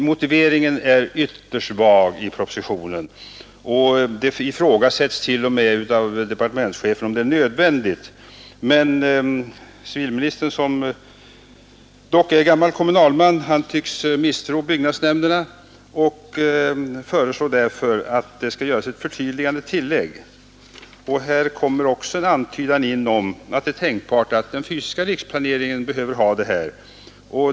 Motiveringen är ytterst vag i propositionen, och det ifrågasätts t.o.m. av departementschefen om det är nödvändigt. Men civilministern, som dock är gammal kommunalman, tycks misstro byggnadsnämnderna och föreslår därför att det skall göras ett förtydligande tillägg. Här kommer också in en antydan om att det är tänkbart att den fysiska riksplaneringen behöver detta.